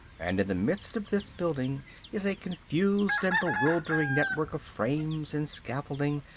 and in the midst of this building is a confused and bewildering network of frames and scaffolding,